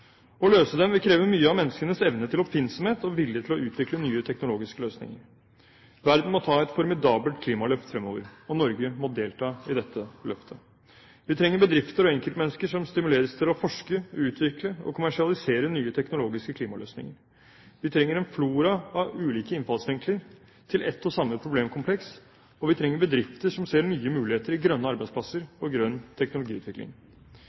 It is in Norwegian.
Å løse dem vil kreve mye av menneskenes evne til oppfinnsomhet og vilje til å utvikle nye teknologiske løsninger. Verden må ta et formidabelt klimaløft fremover, og Norge må delta i dette løftet. Vi trenger bedrifter og enkeltmennesker som stimuleres til å forske, utvikle og kommersialisere nye teknologiske klimaløsninger. Vi trenger en flora av ulike innfallsvinkler til ett og samme problemkompleks, og vi trenger bedrifter som ser nye muligheter i grønne arbeidsplasser og grønn teknologiutvikling.